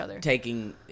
taking